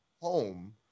home